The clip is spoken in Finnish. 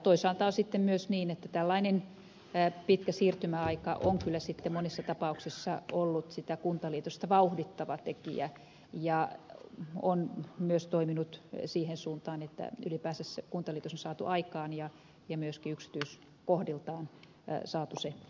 toisaalta on sitten myös niin että tällainen pitkä siirtymäaika on kyllä monissa tapauksissa ollut sitä kuntaliitosta vauhdittava tekijä ja on myös toiminut siihen suuntaan että ylipäänsä se kuntaliitos on saatu aikaan ja myöskin yksityiskohdiltaan saatu toimivaksi